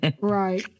Right